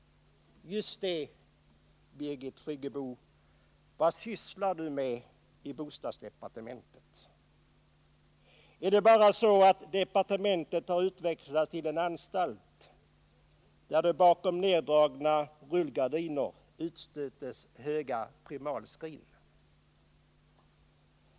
Just det, Birgit Friggebo: Vad sysslar du med i bostadsdepartementet? Är det bara så att departementet har utvecklats till en anstalt, där det bakom neddragna rullgardiner utstöts höga primalskrin?